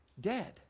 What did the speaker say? dead